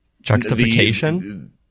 Juxtaposition